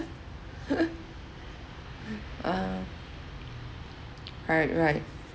uh right right